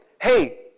hey